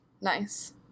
Nice